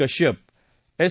Kashyap S